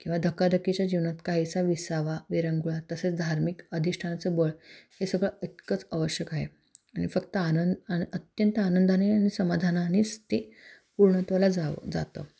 किंवा धकाधकीच्या जीवनात काहीसा विसावा विरंगुळा तसेच धार्मिक अधिष्ठानाचं बळ हे सगळं इतकंच आवश्यक आहे आणि फक्त आनंद आणि अत्यंत आनंदाने आणि समाधानानेच ते पूर्णत्वाला जावं जातं